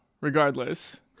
regardless